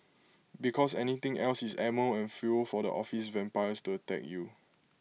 because anything else is ammo and fuel for the office vampires to attack you